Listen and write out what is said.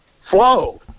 flow